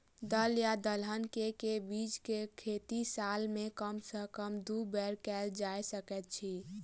दल या दलहन केँ के बीज केँ खेती साल मे कम सँ कम दु बेर कैल जाय सकैत अछि?